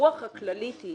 הרוח הכללית היא